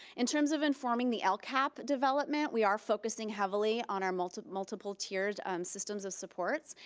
in terms of informing the lcap development, we are focusing heavily on our multiple multiple tiered systems of supports,